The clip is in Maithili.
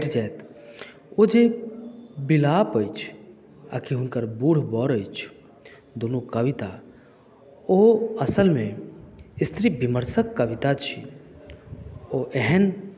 ओ जे विलाप अछि आकि हुनक बुढ बर अछि दुनू कविता ओ असलमे स्त्री विमर्शक कविता छी ओ एहन स्त्री